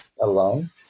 alone